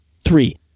Three